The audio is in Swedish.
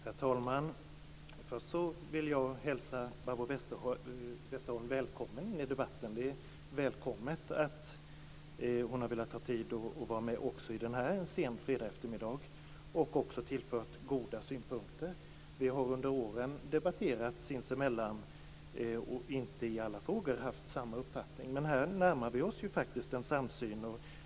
Herr talman! Först vill jag hälsa Barbro Westerholm välkommen i debatten. Det är välkommet att hon har velat ta sig tid att vara med också i den här debatten en sen fredagseftermiddag och också tillfört goda synpunkter. Vi har under åren debatterat sinsemellan och inte i alla frågor haft samma uppfattning. Men här närmar vi oss en samsyn.